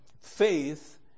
Faith